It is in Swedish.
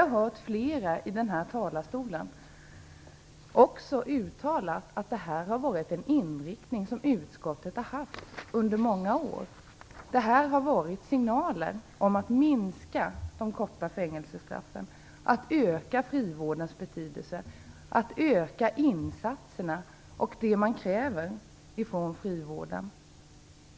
Flera har i denna talarstol uttalat att detta varit en inriktning som utskottet i många år haft. Det har varit signaler om att minska de korta fängelsestraffen, öka frivårdens betydelse och öka insatserna och det som krävs från frivården.